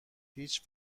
هیچ